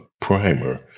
Primer